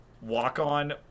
walk-on